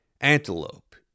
antelope